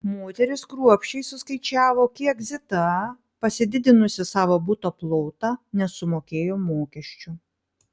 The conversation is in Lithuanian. moterys kruopščiai suskaičiavo kiek zita pasididinusi savo buto plotą nesumokėjo mokesčių